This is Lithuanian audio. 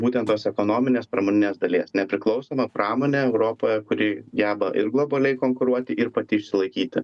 būtent tos ekonominės pramoninės dalies nepriklausoma pramonė europoje kuri geba ir globaliai konkuruoti ir pati išsilaikyti